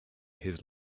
his